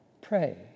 Pray